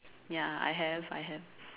ya I have I have